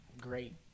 great